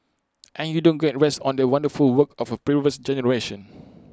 and you don't get rest on the wonderful work of A previous generation